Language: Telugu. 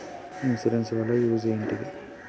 ఇన్సూరెన్స్ వాళ్ల యూజ్ ఏంటిది?